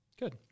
Good